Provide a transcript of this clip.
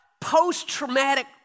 post-traumatic